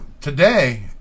today